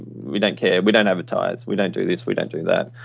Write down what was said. we don't care, we don't advertise. we don't do this, we don't do that.